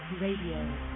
RADIO